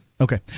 Okay